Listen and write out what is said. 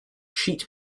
sheet